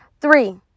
Three